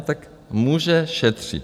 Tak může šetřit.